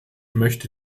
möchte